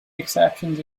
exceptions